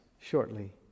shortly